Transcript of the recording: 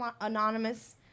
anonymous